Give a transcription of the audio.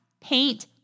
paint